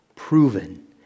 Proven